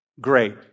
great